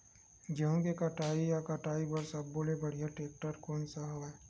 गेहूं के कटाई या कटाई बर सब्बो ले बढ़िया टेक्टर कोन सा हवय?